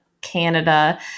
Canada